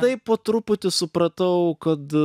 taip po truputį supratau kad